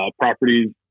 properties